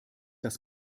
das